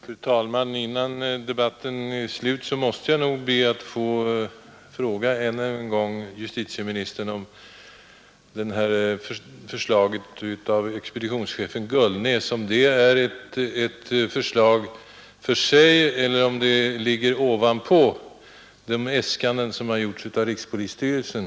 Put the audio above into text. Fru talman! Innan debatten är slut måste jag än en gång besvära med att fråga justitieministern om förslaget från expeditionschefen Gullnäs är ett så att säga fristående förslag och om det alltså ligger ”ovanpå” de äskanden som gjorts av polismästaren och rikspolisstyrelsen.